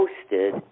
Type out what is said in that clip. posted